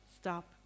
stop